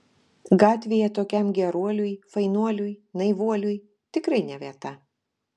gatvėje tokiam geruoliui fainuoliui naivuoliui tikrai ne vieta